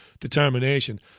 determination